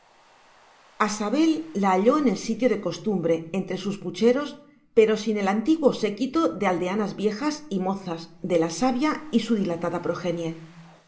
halló en el sitio de costumbre entre sus pucheros pero sin el antiguo séquito de aldeanas viejas y mozas de la sabia y su dilatada progenie